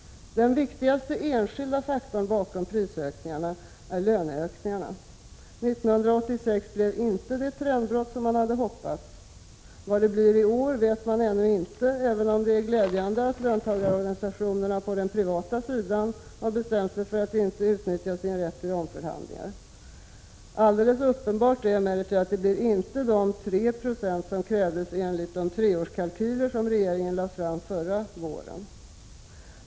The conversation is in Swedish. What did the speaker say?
Den viktigaste enskilda faktorn bakom prisökningarna är löneökningarna. 1986 blev inte det trendbrott som många hade hoppats. Vad det blir i år vet ännu ingen, även om det är glädjande att löntagarorganisationerna på den privata sidan har bestämt sig för att inte utnyttja sin rätt till omförhandlingar. Alldeles uppenbart är emellertid att det inte blir de 3 20 som krävdes enligt de treårskalkyler som regeringen lade fram förra året.